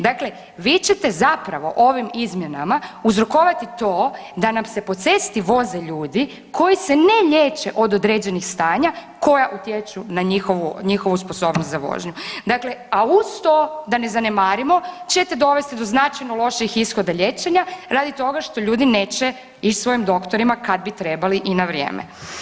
Dakle, vi ćete zapravo ovim izmjenama uzrokovati to da nam se po cesti voze ljudi koji se ne liječe od određenih stanja koja utječu na njihovu sposobnost za vožnju, dakle a uz to da ne zanemarimo ćete dovesti do značajno loših ishoda liječenja radi toga što ljudi neće ići svojim doktorima kad bi trebali i na vrijeme.